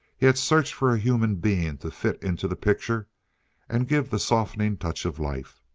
he had searched for a human being to fit into the picture and give the softening touch of life.